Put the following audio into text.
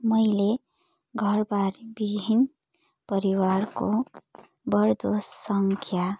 मैले घरबारविहीन परिवारको बढ्दो सङ्ख्या